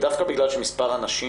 ודווקא בגלל שמספר הנשים